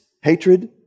hatred